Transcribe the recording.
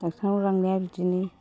ड'क्टरनाव लांनाया बिदिनो